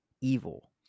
evil